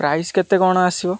price କେତେ କ'ଣ ଆସିବ